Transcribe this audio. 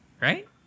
Right